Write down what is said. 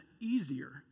easier